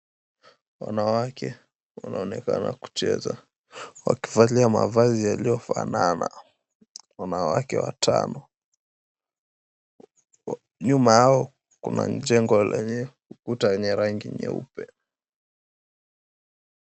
Wanawake wanaonekana kucheza wakivalia mavazi yaliyofanana. Wanawake watano, nyuma yao kuna jengo lenye ukuta wenye rangi nyeupe.